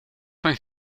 van